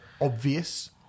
obvious